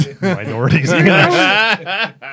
minorities